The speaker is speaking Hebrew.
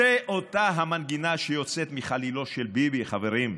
זו אותה המנגינה שיוצאת מחלילו של ביבי, חברים: